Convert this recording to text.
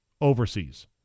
overseas